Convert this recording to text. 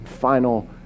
final